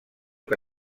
que